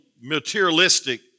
materialistic